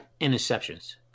interceptions